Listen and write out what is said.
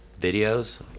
videos